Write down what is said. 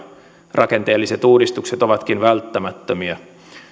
rakenteelliset uudistukset ovatkin välttämättömiä